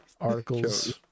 articles